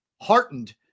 heartened